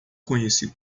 conheci